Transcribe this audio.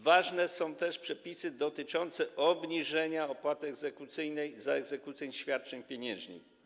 Ważne są też przepisy dotyczące obniżenia opłaty egzekucyjnej za egzekucję świadczeń pieniężnych.